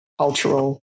cultural